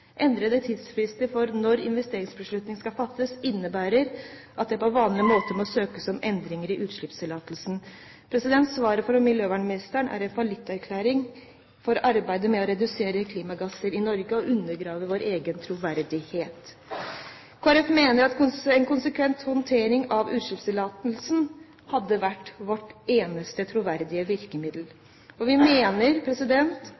Endrede tidsfrister for når investeringsbeslutningen skal fattes innebærer at det på vanlig måte må søkes om endringer i utslippstillatelsen.» Svaret fra miljøvernministeren er en fallitterklæring for arbeidet med å redusere klimagasser i Norge og undergraver vår egen troverdighet. Kristelig Folkeparti mener at en konsekvent håndtering av utslippstillatelsen hadde vært vårt eneste troverdige